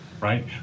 Right